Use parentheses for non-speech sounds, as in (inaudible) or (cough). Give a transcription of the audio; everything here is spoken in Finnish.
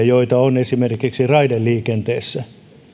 (unintelligible) joita on esimerkiksi raideliikenteessä